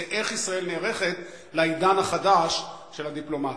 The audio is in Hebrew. איך ישראל נערכת לעידן החדש של הדיפלומטיה.